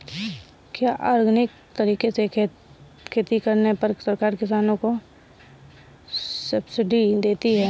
क्या ऑर्गेनिक तरीके से खेती करने पर सरकार किसानों को सब्सिडी देती है?